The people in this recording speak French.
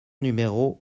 numéro